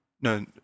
no